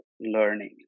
learning